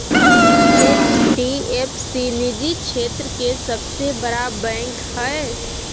HDF सी निजी क्षेत्र के सबसे बड़ा बैंक हय